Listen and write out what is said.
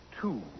two